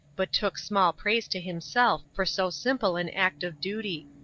but took small praise to himself for so simple an act of duty.